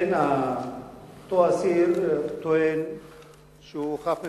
אכן אותו אסיר טוען שהוא חף מפשע.